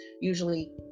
usually